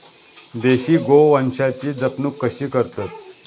देशी गोवंशाची जपणूक कशी करतत?